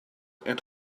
and